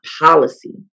policy